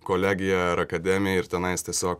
kolegiją ar akademiją ir tenai tiesiog